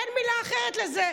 אין מילה אחרת לזה.